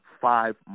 five